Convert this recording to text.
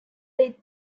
lead